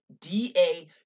DA